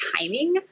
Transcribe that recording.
timing